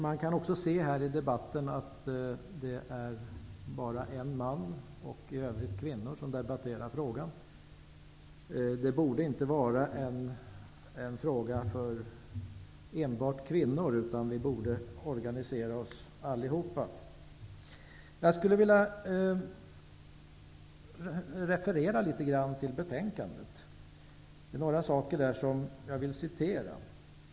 Man kan också se att det bara är en man och i övrigt kvinnor som debatterar frågan. Det borde inte vara en fråga för enbart kvinnor, utan vi borde engagera oss allihop. Jag skulle vilja referera litet till betänkandet. Det är några saker där som jag vill citera.